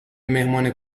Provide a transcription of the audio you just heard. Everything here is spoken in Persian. مهمان